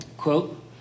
quote